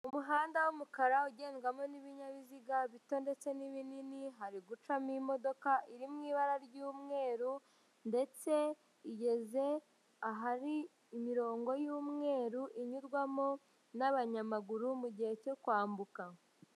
Umuhanda w'umukara ugendwamo n'ibinyabiziga, ibito ndetse n'ibinini, hari gucamo imodoka iri mu ibara ry'umweru ndetse igeze ahari imirongo y'umweru inyurwamo n'abanyamaguru mu gihe cyo kwambuka.